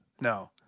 No